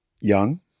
young